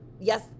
yes